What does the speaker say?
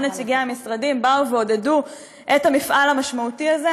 כל נציגי המשרדים באו ועודדו את המפעל המשמעותי הזה.